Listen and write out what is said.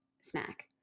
snack